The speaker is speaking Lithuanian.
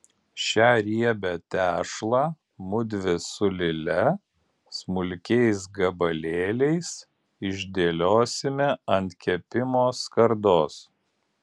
šią riebią tešlą mudvi su lile smulkiais gabalėliais išdėliosime ant kepimo skardos